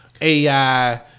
AI